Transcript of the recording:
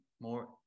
more